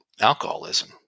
alcoholism